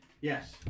yes